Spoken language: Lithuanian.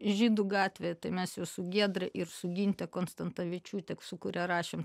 žydų gatvė tai mes jūsų giedre ir su ginte konstantinavičiūte su kuria rašėm